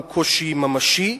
הוא קושי ממשי,